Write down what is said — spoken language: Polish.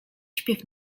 śpiew